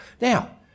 Now